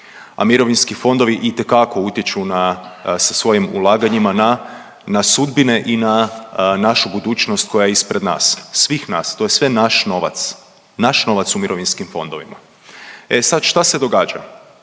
a mirovinski fondovi itekako utječu na, sa svojim ulaganjima na sudbine i na našu budućnost koja je ispred nas, svih nas, to je sve naš novac. Naš novac u mirovinskim fondovima. E sad, šta se događa?